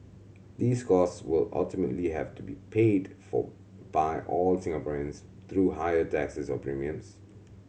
these cost will ultimately have to be paid for by all Singaporeans through higher taxes or premiums